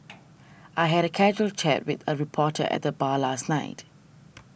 I had a casual chat with a reporter at the bar last night